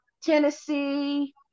Tennessee